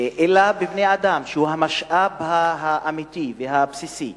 אלא בבני-אדם, שהם המשאב האמיתי והבסיסי,